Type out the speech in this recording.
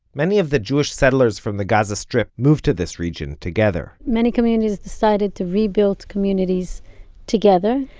many of the jewish settlers from the gaza strip moved to this region together. many communities decided to rebuild communities together.